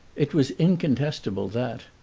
it was incontestable that,